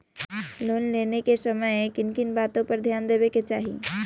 Loan लेने के समय किन किन वातो पर ध्यान देना चाहिए?